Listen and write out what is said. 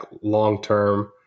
long-term